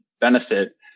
benefit